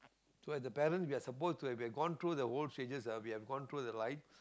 so as the parent we are suppose to have we have gone through the whole stages ah we have gone through the lifes